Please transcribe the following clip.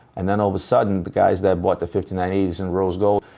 and then, all of a sudden, the guys that bought the fifty nine eighty s in rose gold,